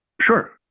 Sure